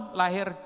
lahir